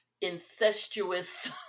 incestuous